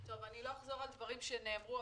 אני לא אחזור על דברים שנאמרו,